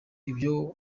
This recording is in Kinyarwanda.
ibyo